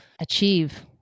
achieve